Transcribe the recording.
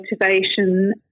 motivation